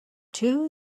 two